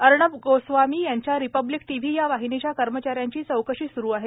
अर्णब गोस्वामी यांच्या Republic TV या वाहिनीच्या कर्मचाऱ्यांची चौकशी सुरु आहे